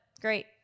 Great